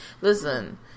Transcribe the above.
Listen